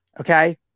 Okay